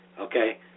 Okay